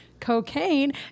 cocaine